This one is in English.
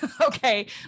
Okay